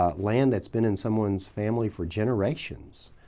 ah land that's been in someone's family for generations.